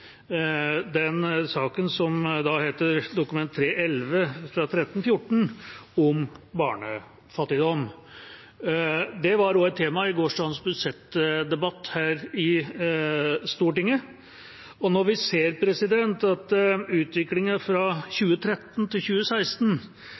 den saken som heter Dokument 3:11 for 2013–2014, om barnefattigdom. Det var også et tema i gårsdagens budsjettdebatt her i Stortinget. Når vi ser at utviklingen fra